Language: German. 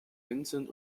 vincent